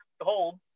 hold